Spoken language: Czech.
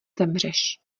zemřeš